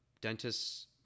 Dentists